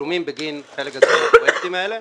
תשלומים בגין חלק גדול מהפרויקטים האלה.